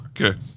Okay